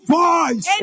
voice